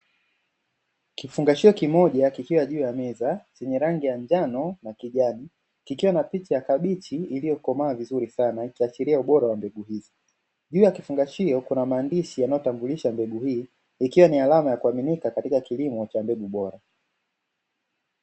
Kifungashio kimoja kikiwa juu ya meza chenye rangi ya njano na kijani kikiwa na picha ya kabichi iliyokomaa vizuri sana ikiashiria ubora wa mbegu hizi, juu ya kifungashio kuna maandishi yanayo tambulisha hii ikiwa ni alama ya kuaminika katika kilimo cha mbegu bora.